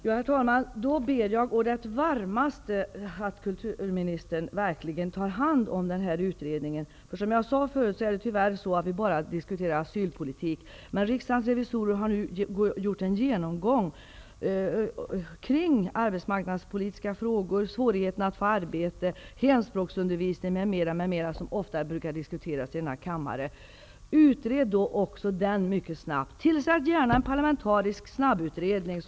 Herr talman! Då ber jag å det varmaste att kulturministern verkligen tar hand om det resultat som den här utredningen kommer fram till. Som jag tidigare sade diskuterar vi tyvärr enbart asylpolitik, men riksdagens revisorer har nu gått igenom bl.a. arbetsmarknadspolitiska frågor, svårigheterna att få arbete och hemspråksundervisning, något som ofta brukar diskuteras i denna kammare. Utred också hemspråksundervisningen mycket snabbt! Tillsätt gärna en parlamentarisk snabbutredning!